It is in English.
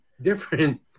different